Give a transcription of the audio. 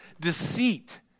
deceit